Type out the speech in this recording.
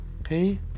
Okay